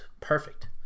perfect